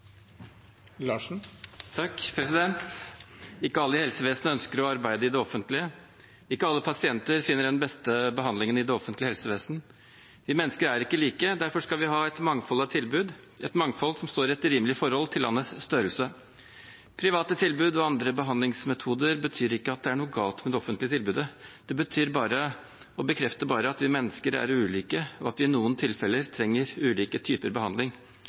Ikke alle i helsevesenet ønsker å arbeide i det offentlige. Ikke alle pasienter finner den beste behandlingen i det offentlige helsevesen. Vi mennesker er ikke like. Derfor skal vi ha et mangfold av tilbud, et mangfold som står i et rimelig forhold til landets størrelse. Private tilbud og andre behandlingsmetoder betyr ikke at det er noe galt med det offentlige tilbudet; det betyr bare og bekrefter bare at vi mennesker er ulike, og at vi i noen tilfeller trenger ulike typer behandling.